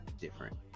different